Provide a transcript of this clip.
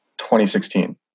2016